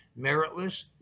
meritless